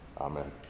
Amen